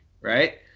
right